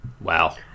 wow